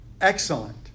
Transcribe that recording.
excellent